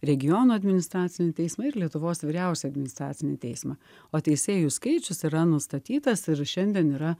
regiono administracinį teismą ir lietuvos vyriausiąjį administracinį teismą o teisėjų skaičius yra nustatytas ir šiandien yra